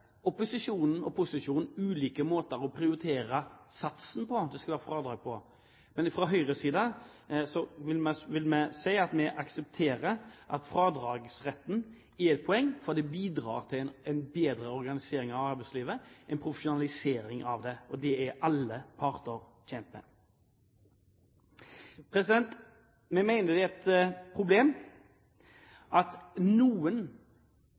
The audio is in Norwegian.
opposisjonen og posisjonen ulike måter å prioritere satsen for fradrag. Fra Høyres side vil vi si at vi aksepterer at fradragsretten er et poeng, for det bidrar til en bedre organisering av arbeidslivet, en profesjonalisering av det, og det er alle parter tjent med. Vi mener det er et problem at noen